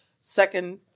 second